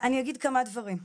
אני אגיד כמה דברים,